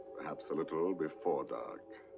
perhaps a little before dark.